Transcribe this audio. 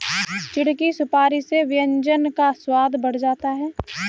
चिढ़ की सुपारी से व्यंजन का स्वाद बढ़ जाता है